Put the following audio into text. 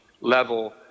level